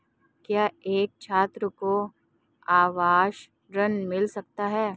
क्या एक छात्र को आवास ऋण मिल सकता है?